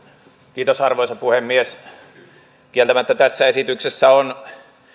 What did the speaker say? arvoisa puhemies kieltämättä tässä esityksessä on